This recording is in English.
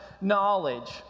knowledge